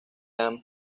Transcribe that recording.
han